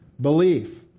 Belief